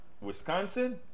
Wisconsin